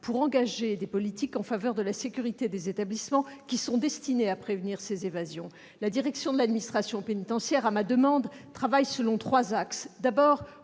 pour engager des politiques en faveur de la sécurité de ces établissements, qui sont destinées à prévenir ces évasions. La direction de l'administration pénitentiaire, à ma demande, travaille selon trois axes